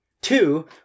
Two